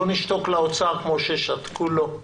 לא נשתוק לאוצר כמו ששתקו לו.